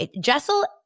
Jessel